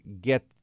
get